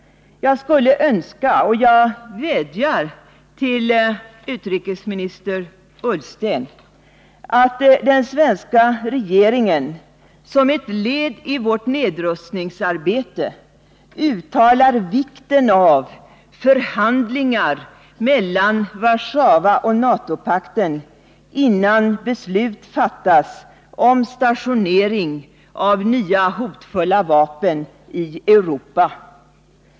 Jag skulle önska — och jag vädjar till utrikesminister Ullsten om det — att den svenska regeringen som ett led i vårt nedrustningsarbete uttalar vikten av förhandlingar mellan Warszawaoch NATO-pakterna innan beslut fattas om 187 stationering av nya, hotfulla vapen i Europa.